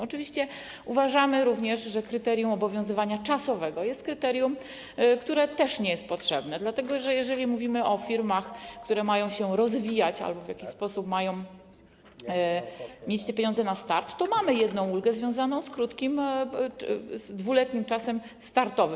Oczywiście uważamy również, że kryterium obowiązywania czasowego jest kryterium, które też nie jest potrzebne, dlatego że jeżeli mówimy o firmach, które mają się rozwijać albo w jakiś sposób mają mieć te pieniądze na start, to mamy jedną ulgę związaną z krótkim, 2-letnim czasem startowym.